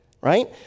Right